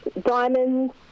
diamonds